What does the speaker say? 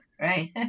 right